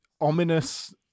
ominous